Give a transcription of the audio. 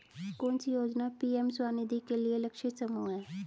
कौन सी योजना पी.एम स्वानिधि के लिए लक्षित समूह है?